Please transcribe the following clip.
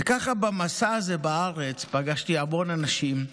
וככה במסע הזה בארץ פגשתי המון אנשים,